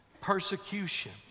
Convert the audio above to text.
persecution